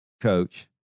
coach